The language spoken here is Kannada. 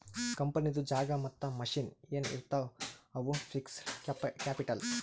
ಕಂಪನಿದು ಜಾಗಾ ಮತ್ತ ಮಷಿನ್ ಎನ್ ಇರ್ತಾವ್ ಅವು ಫಿಕ್ಸಡ್ ಕ್ಯಾಪಿಟಲ್